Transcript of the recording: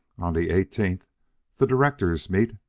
on the eighteenth the directors meet,